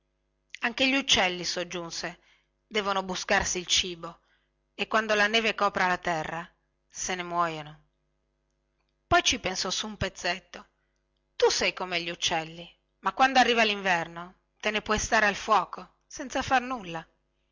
anche gli uccelli soggiunse devono buscarsi il cibo e quando la neve copre la terra se ne muoiono poi ci pensò su un pezzetto tu sei come gli uccelli ma quando arriva linverno te ne puoi stare al fuoco senza far nulla